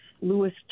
Lewis